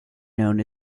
known